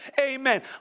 amen